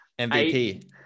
MVP